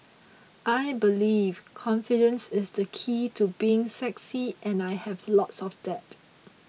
I believe confidence is the key to being sexy and I have loads of that